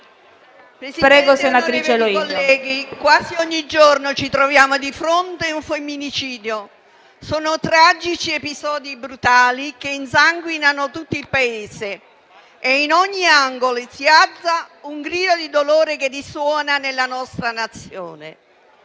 Presidente, colleghi, quasi ogni giorno ci troviamo di fronte ad un femminicidio. Sono tragici episodi, brutali, che insanguinano tutto il Paese. In ogni angolo si innalza un grido di dolore, che risuona nella nostra Nazione.